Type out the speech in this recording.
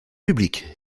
publique